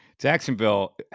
Jacksonville